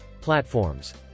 Platforms